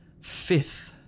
FIFTH